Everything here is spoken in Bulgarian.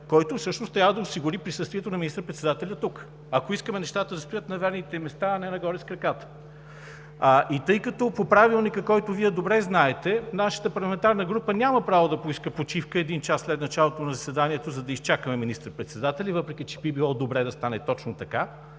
който всъщност трябва да осигури присъствието на министър председателя тук, ако искаме нещата да стоят на верните им места, а не нагоре с краката. И тъй като по Правилника, който Вие добре знаете, нашата парламентарна група няма право да поиска почивка един час след началото на заседанието, за да изчакаме министър-председателя, въпреки че би било добре да стане точно така,